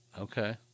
okay